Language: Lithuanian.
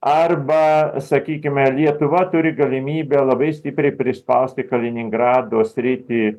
arba sakykime lietuva turi galimybę labai stipriai prispausti kaliningrado sritį